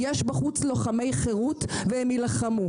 יש בחוץ לוחמי חירות והם יילחמו.